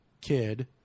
kid